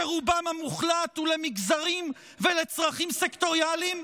שרובם המוחלט הוא למגזרים ולצרכים סקטוריאליים?